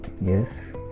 yes